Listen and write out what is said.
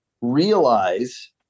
realize